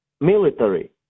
military